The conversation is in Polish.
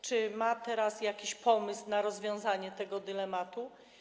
Czy ma teraz jakiś pomysł na rozwiązanie tego dylematu?